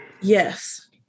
Yes